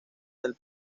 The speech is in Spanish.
del